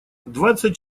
двадцать